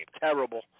terrible